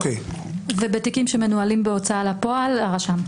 ובתיקים שמנוהלים בהוצאה לפועל הרשם.